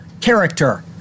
character